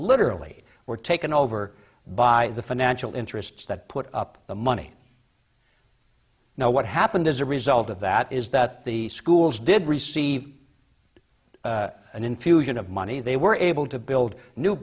literally were taken over by the financial interests that put up the money now what happened as a result of that is that the schools did receive an infusion of money they were able to build new